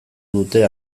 dute